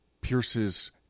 Pierce's